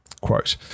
quote